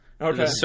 Okay